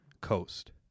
coast